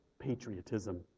patriotism